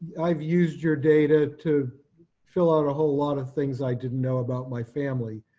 i've used your data to fill out a whole lot of things i didn't know about my family.